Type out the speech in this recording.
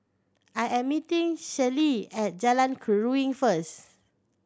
I am meeting Celie at Jalan Keruing first